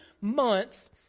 month